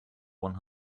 one